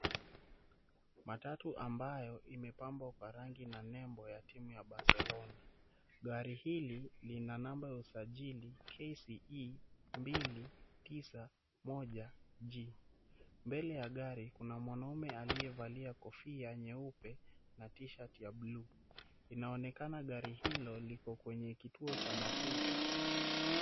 Matatu ambayo imepambwa kwa rangi na lebo ya timu ya Barcelona, gari hili lina namba ya usajili KCE 291G. Mbele ya gari kuna mwanaume aliyevalia kofia nyeupe na tishati ya blu. Inaonekana gari hilo liko kwenye kituo cha mafuta.